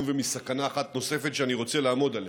ומסכנה אחת נוספת שאני רוצה לעמוד עליהם.